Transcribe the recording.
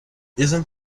isn’t